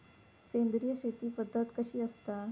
सेंद्रिय शेती पद्धत कशी असता?